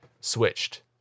switched